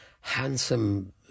handsome